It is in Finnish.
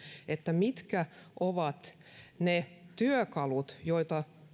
mitkä ovat ne työkalut joita